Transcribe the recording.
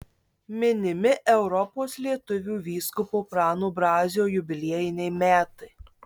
minimi europos lietuvių vyskupo prano brazio jubiliejiniai metai